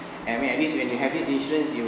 I mean at least when you have this insurance you